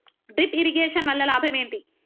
Drip irrigation వల్ల లాభం ఏంటి?